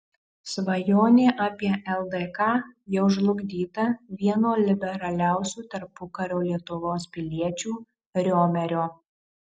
svajonė apie ldk jau žlugdyta vieno liberaliausių tarpukario lietuvos piliečių riomerio